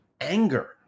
anger